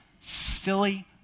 silly